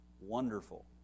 wonderful